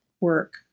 work